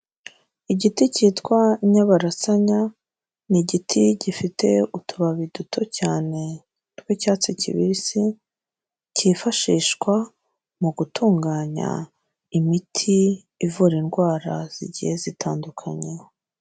Igiti cyitwa Inyabarasanya ni igiti gifite utubabi duto cyane tw'Icyatsi kibisi cyifashishwa mu gutunganya imiti ivura indwara zigiye zitandukanye.